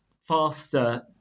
faster